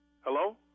Hello